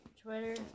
Twitter